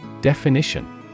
Definition